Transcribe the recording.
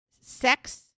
sex